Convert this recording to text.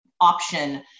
option